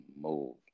move